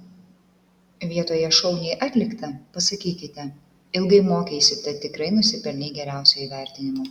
vietoj šauniai atlikta pasakykite ilgai mokeisi tad tikrai nusipelnei geriausio įvertinimo